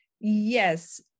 yes